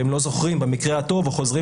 הם לא זוכרים במקרה הטוב או חוזרים